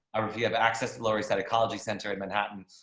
a review of access lori said ecology center in manhattan.